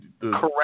correct